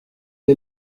est